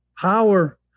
Power